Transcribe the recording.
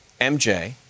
MJ